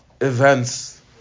events